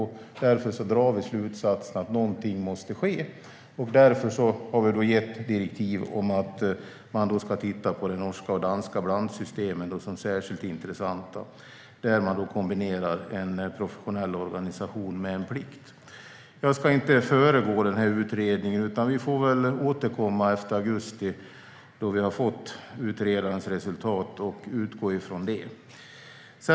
Vi drar därför slutsatsen att någonting måste ske, varför vi har gett direktiv om att man ska titta på de norska och danska blandsystemen, som är särskilt intressanta och där en professionell organisation kombineras med en plikt. Jag ska inte föregripa utredningen, utan vi får återkomma efter augusti då vi har fått utredarens resultat och utgå från det.